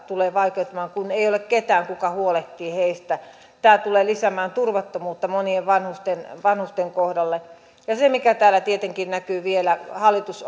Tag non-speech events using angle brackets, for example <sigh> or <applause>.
tulee vaikeutumaan kun ei ole ketään joka huolehtii heistä tämä tulee lisäämään turvattomuutta monien vanhusten vanhusten kohdalla ja se mikä täällä tietenkin näkyy vielä hallitus <unintelligible>